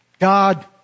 God